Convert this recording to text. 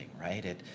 right